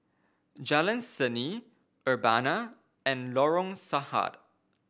Jalan Seni Urbana and Lorong Sarhad